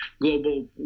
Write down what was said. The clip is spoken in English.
global